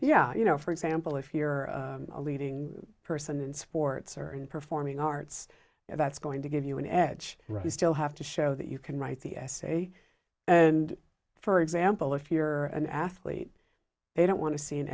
yeah you know for example if you're a leading person in sports or in performing arts that's going to give you an edge to still have to show that you can write the essay and for example if you're an athlete they don't want to see an